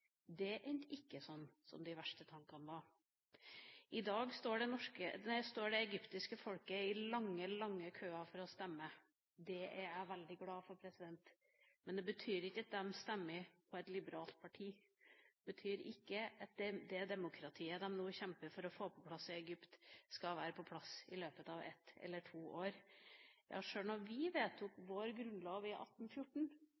Det endte ikke slik som de verste tankene vi hadde. I dag står det egyptiske folket i lange køer for å stemme. Det er jeg veldig glad for, men det betyr ikke at de stemmer på et liberalt parti. Det betyr ikke at det demokratiet de nå kjemper for å få på plass i Egypt, skal være på plass i løpet av ett eller to år. Sjøl da vi